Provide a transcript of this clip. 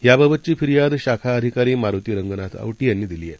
याबाबतची फिर्याद शाखा अधिकारी मारूती रंगनाथ औटी यांनी दिली आहे